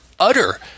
utter